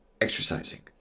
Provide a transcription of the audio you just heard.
exercising